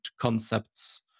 concepts